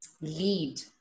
lead